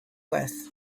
with